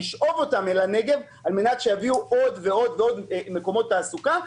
לשאוב אותם אל הנגב על מנת שיביאו עוד ועוד מקומות תעסוקה,